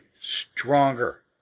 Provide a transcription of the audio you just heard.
stronger